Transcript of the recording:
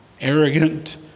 arrogant